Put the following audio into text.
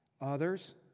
Others